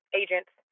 agents